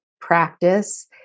practice